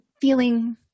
feeling